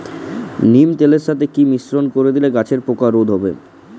নিম তেলের সাথে কি মিশ্রণ করে দিলে গাছের পোকা রোধ হবে?